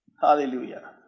Hallelujah